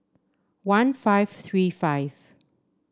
one five three five